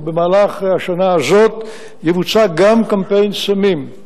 ובהמשך השנה יבוצע גם קמפיין סמים,